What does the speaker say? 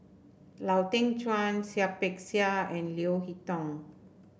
Lau Teng Chuan Seah Peck Seah and Leo Hee Tong